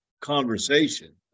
conversation